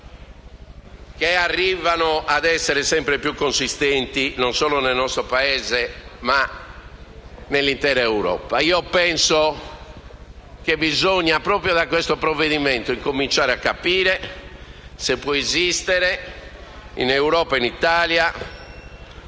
che arrivano ad essere sempre più consistenti, non solo nel nostro Paese, ma nell'intera Europa. Penso che proprio da questo provvedimento bisogna cominciare a capire se può esistere, in Europa e in Italia,